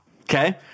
Okay